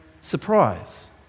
surprise